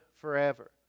forever